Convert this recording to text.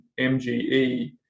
MGE